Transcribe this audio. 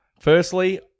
Firstly